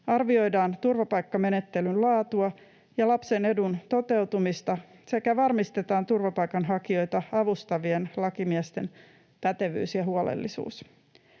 arvioidaan turvapaikkamenettelyn laatua ja lapsen edun toteutumista sekä varmistetaan turvapaikanhakijoita avustavien lakimiesten pätevyys ja huolellisuus.”